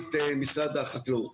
מנכ"לית משרד החקלאות.